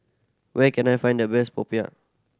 where can I find the best popiah